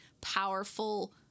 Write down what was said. powerful